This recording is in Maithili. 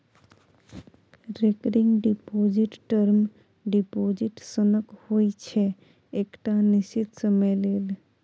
रेकरिंग डिपोजिट टर्म डिपोजिट सनक होइ छै एकटा निश्चित समय लेल